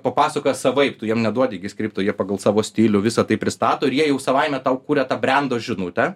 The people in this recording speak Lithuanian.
papasakoja savaip tu jiem neduodi gi skripto jie pagal savo stilių visa tai pristato ir jie jau savaime tau kuria tą brendo žinutę